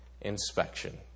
inspection